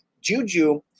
Juju